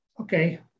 Okay